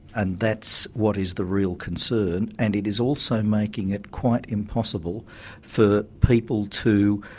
and that's what is the real concern, and it is also making it quite impossible for people to,